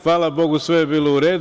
Hvala Bogu, sve je bilo u redu.